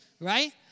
right